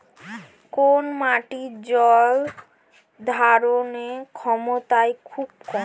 কোন মাটির জল ধারণ ক্ষমতা খুব কম?